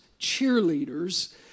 cheerleaders